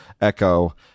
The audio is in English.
echo